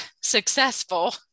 successful